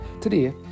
Today